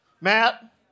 Matt